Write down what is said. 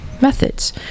methods